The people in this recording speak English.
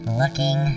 looking